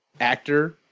actor